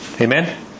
Amen